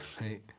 Right